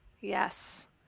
Yes